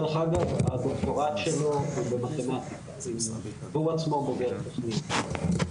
דרך אגב הוא עצמו בוגר טכניון.